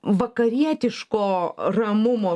vakarietiško ramumo